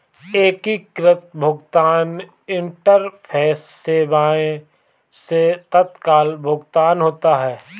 एकीकृत भुगतान इंटरफेस सेवाएं से तत्काल भुगतान होता है